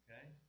Okay